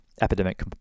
epidemic